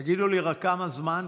תגידו לי רק כמה זמן,